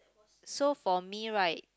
so for me right